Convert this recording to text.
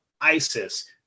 Isis